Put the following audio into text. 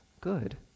good